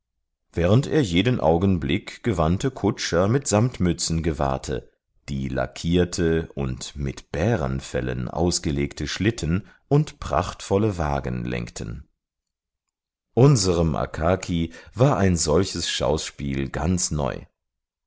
während er jeden augenblick gewandte kutscher mit samtmützen gewahrte die lackierte und mit bärenfellen ausgelegte schlitten und prachtvolle wagen lenkten unserm akaki war ein solches schauspiel ganz neu